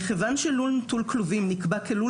מכיוון שלול נטול כלובים נקבע כלול